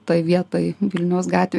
toj vietoj vilniaus gatvėj